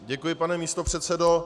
Děkuji, pane místopředsedo.